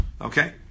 Okay